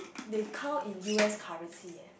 they count in U_S currency eh